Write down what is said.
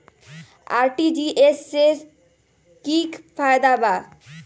RTGS से की की फायदा बा?